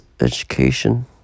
education